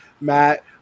Matt